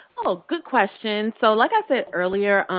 ah good question. so like i said earlier,